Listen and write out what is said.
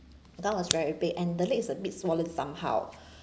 that was very big and the leg is a bit swollen somehow